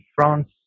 France